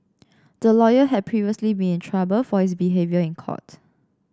the lawyer had previously been in trouble for his behaviour in court